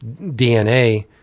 DNA